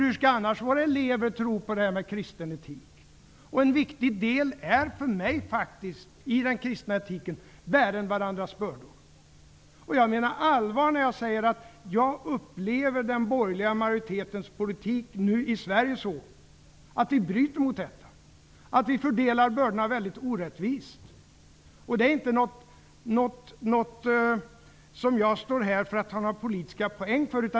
Hur skall eleverna annars kunna tro på den kristna etiken? En viktig del i den kristna etiken är för mig att man skall bära varandras bördor. Jag menar allvar när jag säger att jag upplever att den borgerliga majoritetens politik bryter mot kristen etik. Bördorna fördelas mycket orättvist. Jag står inte här och säger detta för att ta några politiska poäng.